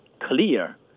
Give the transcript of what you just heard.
clear